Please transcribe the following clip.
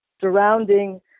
surrounding